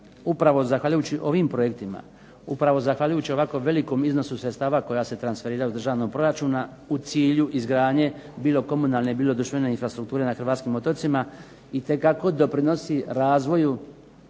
upravo zahvaljujući ovim projektima upravo zahvaljujući velikom broju sredstava koja se transferiraju iz državnog proračuna u cilju izgradnje bilo komunalne bilo društvene infrastrukture na Hrvatskim otocima itekako doprinosi razvoju